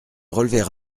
relever